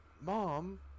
Mom